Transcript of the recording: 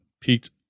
peaked